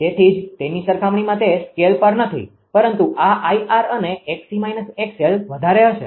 તેથી જ તેની સરખામણીમાં તે સ્કેલscaleમાપ પર નથી પરંતુ આ 𝐼𝑟 અને 𝑥𝑐 − 𝑥𝑙 વધારે હશે